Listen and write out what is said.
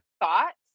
thoughts